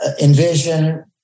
envision